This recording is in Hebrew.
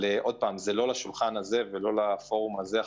זה לא לשולחן זה ולא לפורום הזה.